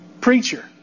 preacher